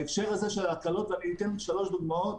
ברשותך, בהקשר הזה של ההקלות אתן שלוש דוגמאות,